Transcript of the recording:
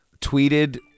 tweeted